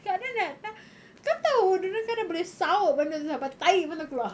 then that time kau tahu dia orang kan dah boleh sauk benda tu sampai tahi pun terkeluar